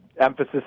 emphasis